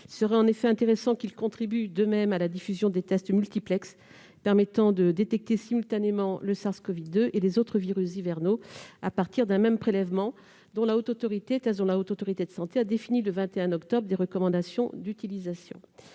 Il serait en effet intéressant qu'ils contribuent de même à la diffusion des tests multiplex permettant de détecter simultanément le SARS-CoV-2 et les autres virus hivernaux à partir d'un même prélèvement, tests pour lesquels la Haute Autorité de santé a défini le 21 octobre des recommandations d'utilisation.